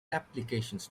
applications